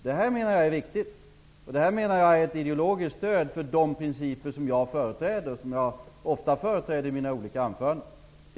Detta är viktigt och ett ideologiskt stöd för de principer som jag ofta företräder i mina olika anföranden.